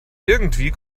irgendwie